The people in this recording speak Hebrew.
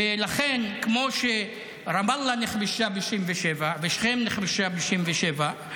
ולכן, כמו שרמאללה נכבשה ב-67' ושכם נכבשה ב-67',